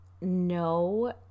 No